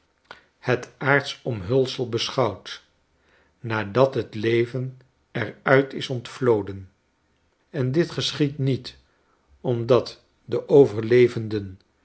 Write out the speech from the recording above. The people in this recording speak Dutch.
het aard omhulsel beschouwt nadat het leven er uit is ontvloden en dit geschiedt niet omdat de overlevenden